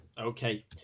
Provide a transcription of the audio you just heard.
okay